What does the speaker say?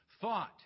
thought